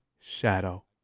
Shadow